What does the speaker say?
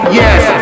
yes